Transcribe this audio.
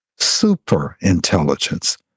superintelligence